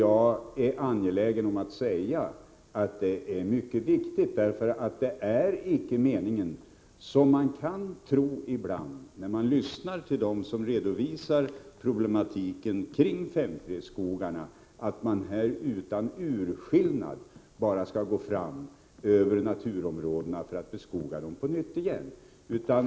Jag är angelägen om att säga att dessa uppgifter är mycket viktiga, därför att det är icke meningen — som man kan tro ibland, när man lyssnar till dem som redovisar problematiken kring 5:3-skogarna — att utan urskillnad gå fram över naturområdena för att beskoga dem på nytt.